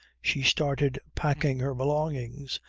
she started packing her belongings,